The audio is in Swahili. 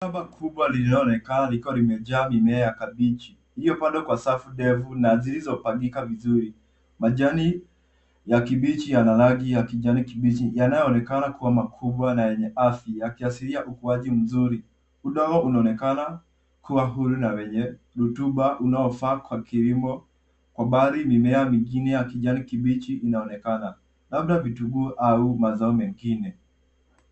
Shamba kubwa linaloonekana likiwa limejaa mimea ya kabichi iliyopandwa kwa safu ndefu na zilizopangika vizuri. Majani ya kibichi yana rangi ya kijani kibichi yanayoonekana kuwa makubwa na yenye afya yakiashiria ukuaji mzuri. Udongo unaonekana kuwa huru na wenye rutuba unaofaa kwa kilimo. Kwa mbali mimea mingine ya kijani kibichi inaonekana. labda vitunguu au mazao mengine.